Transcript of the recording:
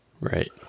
Right